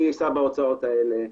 מי יישא בהוצאות האלה.